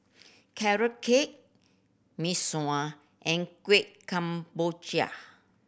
Carrot Cake Mee Sua and Kuih Kemboja